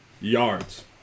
yards